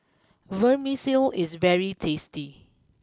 Vermicelli is very tasty